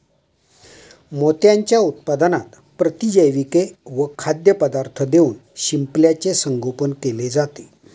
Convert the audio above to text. मोत्यांच्या उत्पादनात प्रतिजैविके व खाद्यपदार्थ देऊन शिंपल्याचे संगोपन केले जाते